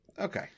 Okay